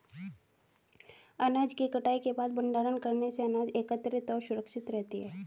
अनाज की कटाई के बाद भंडारण करने से अनाज एकत्रितऔर सुरक्षित रहती है